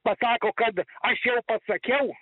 pakako kad aš jau pasakiau